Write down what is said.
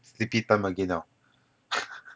sleepy time again ah